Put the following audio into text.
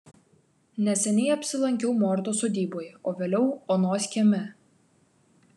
neseniai apsilankiau mortos sodyboje o vėliau onos kieme